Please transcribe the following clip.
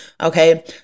Okay